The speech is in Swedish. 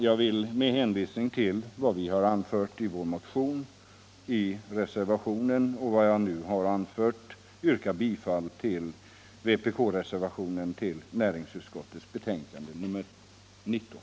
Jag vill med hänvisning till motionen och vad jag nu anfört yrka bifall till vpk-reservationen vid näringsutskottets betänkande nr 19.